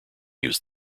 use